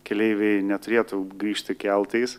keleiviai neturėtų grįžti keltais